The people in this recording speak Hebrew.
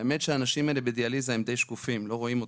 והאמת שהאנשים האלה בדיאליזה הם די שקופים לא רואים אותם.